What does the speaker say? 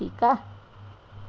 ठीकु आहे